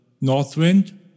Northwind